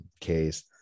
case